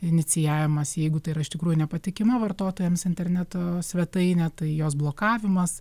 inicijavimas jeigu tai yra iš tikrųjų nepatikima vartotojams interneto svetainė tai jos blokavimas